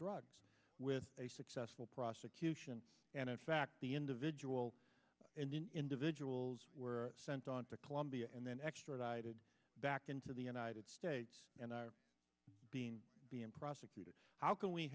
drug with a successful prosecution and in fact the individual individuals were sent on to colombia and then extradited back into the united states and are being prosecuted how can we